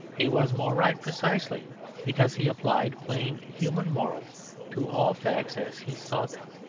he was more right precisely because he applied plain human morals to all facts as he saw them.